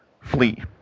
flee